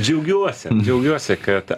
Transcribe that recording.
džiaugiuosi džiaugiuosi kad